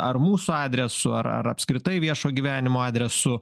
ar mūsų adresu ar ar apskritai viešo gyvenimo adresu